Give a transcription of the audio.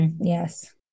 Yes